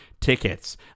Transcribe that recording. tickets